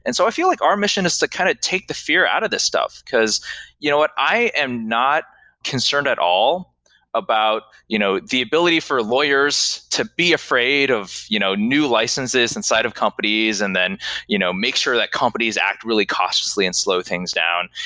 and so i feel like our mission is to kind of take the fear out of the stuff, because you know what? i am not concerned at all about you know the ability for lawyers to be afraid of you know new licenses inside of companies and then you know make sure that companies act really costly and slow things down.